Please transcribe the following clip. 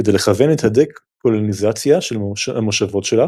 כדי לכוון את הדה-קולוניזציה של המושבות שלה